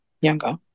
Younger